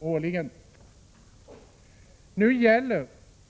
Den praxis som nu gäller